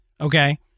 okay